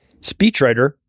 Speechwriter